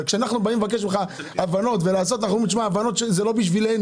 אנחנו באים לבקש ממך הבנות שהן לא עבורנו